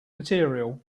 material